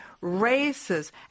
races